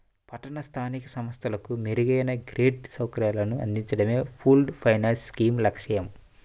పట్టణ స్థానిక సంస్థలకు మెరుగైన క్రెడిట్ సౌకర్యాలను అందించడమే పూల్డ్ ఫైనాన్స్ స్కీమ్ లక్ష్యం